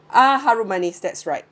ah harum manis that's right